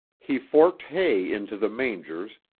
he forked hay into the mangers,